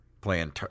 playing